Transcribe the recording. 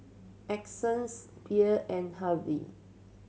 Essence Bea and Hervey